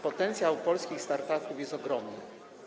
Potencjał polskich start-upów jest ogromny.